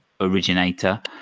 originator